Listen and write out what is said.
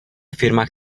firmách